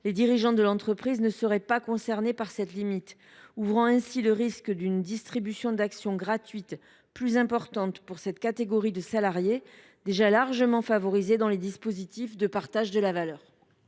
les dirigeants de l’entreprise ne seraient pas concernés par cette limite, ce qui ouvre le risque d’une distribution d’actions gratuites plus importante pour cette catégorie de salariés, déjà largement favorisés dans les dispositifs de partage de la valeur.